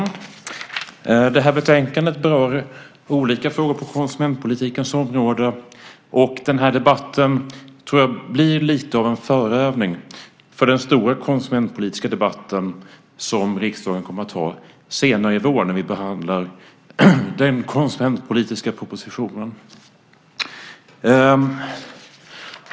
Fru talman! I betänkandet berörs olika frågor på konsumentpolitikens område. Jag tror att den här debatten blir lite av en förövning inför den stora konsumentpolitiska debatt som riksdagen har senare i vår när vi behandlar den konsumentpolitiska propositionen.